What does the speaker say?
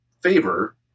favor